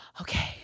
okay